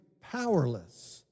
powerless